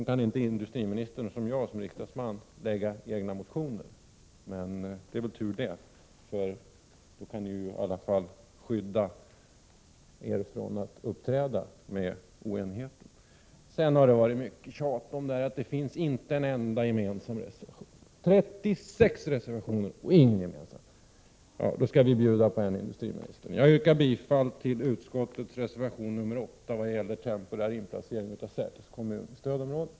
Industriministern kan dock inte som jag, såsom enskild riksdagsman, lägga fram egna motioner. Det är dock tur. Ni kan då i alla fall skydda er från att uppträda oenigt. Det har varit mycket tjat om att det inte finns en enda gemensam reservation. Det finns 36 reservationer, och ingen är gemensam. Jag skall bjuda på en sådan, industriministern. Jag yrkar bifall till utskottets reservation nr 8 i vad gäller temporär inplacering av Säters kommun i stödområde.